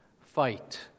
fight